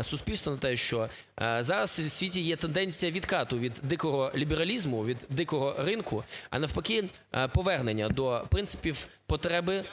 суспільства на те, що зараз у світі є тенденціявідкату від дикого лібералізму, від дикого ринку, а навпаки повернення до принципів потреби